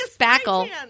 spackle